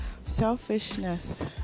Selfishness